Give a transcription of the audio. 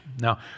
Now